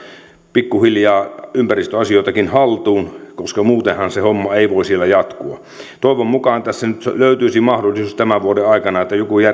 pikkuhiljaa ympäristöasioitakin haltuun koska muutenhan se homma ei voi siellä jatkua toivon mukaan tässä nyt löytyisi mahdollisuus tämän vuoden aikana että joku järkevä